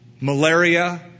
Malaria